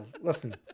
listen